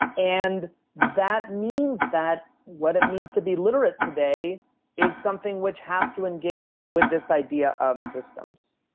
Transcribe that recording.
and that means that what it means to be literate today is something which has to engage with this idea of systems.